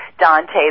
Dante